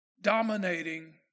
dominating